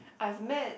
I've met